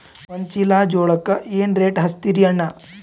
ಒಂದ ಚೀಲಾ ಜೋಳಕ್ಕ ಏನ ರೇಟ್ ಹಚ್ಚತೀರಿ ಅಣ್ಣಾ?